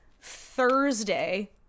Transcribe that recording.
thursday